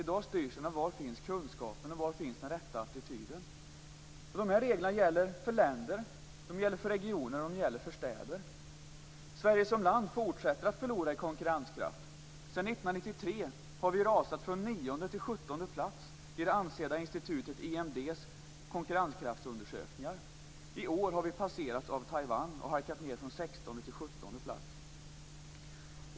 I dag styrs den av var kunskapen och den rätta attityden finns. Detta gäller för länder, regioner och städer. Sverige som land fortsätter att förlora i konkurrenskraft. Sedan 1993 har Sverige rasat från 9:e till 17:e plats i det ansedda institutet IMD:s konkurrenskraftsundersökningar. I år har vi passerats av Taiwan och halkat ned från 16:e till 17:e plats.